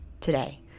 today